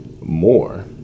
more